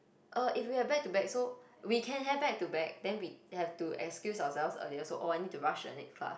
uh if we have back to back so we can have back to back then we have to excuse ourselves earlier so oh I need to rush to the next class